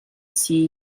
see